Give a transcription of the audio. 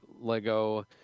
Lego